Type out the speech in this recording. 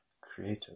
Creative